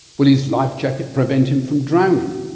will his life jacket prevent him from drowning?